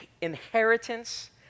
inheritance